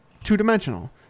two-dimensional